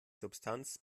substanz